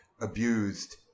abused